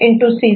A'